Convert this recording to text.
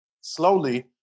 slowly